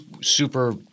super